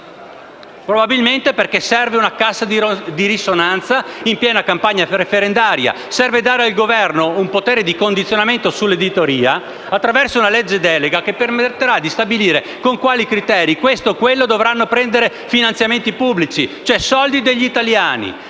Probabilmente serve una cassa di risonanza in piena campagna referendaria; serve a dare al Governo un potere di condizionamento sull'editoria attraverso una legge delega che permetterà di stabilire con quali criteri questo e quello dovranno prendere finanziamenti pubblici, e cioè soldi degli italiani,